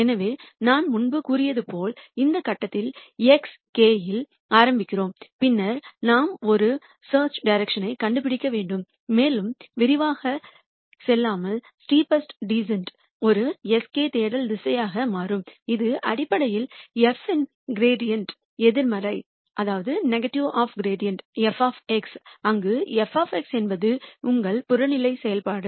எனவே நான் முன்பு கூறியது போல் இந்த கட்டத்தில் xk இல் ஆரம்பிக்கிறோம் பின்னர் நாம் ஒரு தேடல் திசையைக் கண்டுபிடிக்க வேண்டும் மேலும் விரிவாகச் செல்லாமல் ஸ்டெப்பஸ்ட் டீசன்ட் ஒரு sk தேடல் திசையாக மாறும் இது அடிப்படையில் f இன் கிரீடிஎன்ட் எதிர்மறையாகும் f அங்கு f என்பது உங்கள் புறநிலை செயல்பாடு